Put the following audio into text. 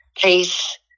peace